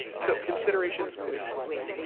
so considerations moving forward.